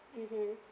mmhmm